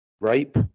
Rape